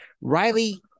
Riley